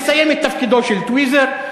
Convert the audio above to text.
לסיים את תפקידו של טוויזר.